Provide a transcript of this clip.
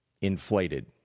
inflated